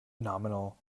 nominal